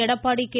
Edappadi K